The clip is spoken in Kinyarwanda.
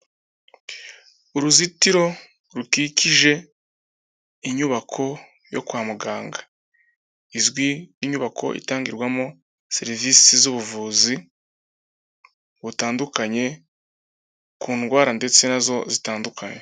Uruzitiro rukikije inyubako yo kwa muganga, izwi nk'inyubako itangirwamo serivisi z'ubuvuzi butandukanye ku ndwara ndetse na zo zitandukanye.